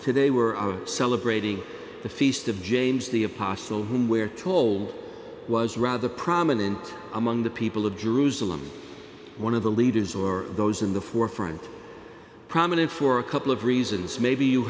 today we're celebrating the feast of james the apostle whom we're told was rather prominent among the people of jerusalem one of the leaders or those in the forefront prominent for a couple of reasons maybe you